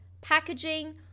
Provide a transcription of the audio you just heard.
packaging